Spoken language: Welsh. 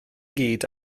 gyd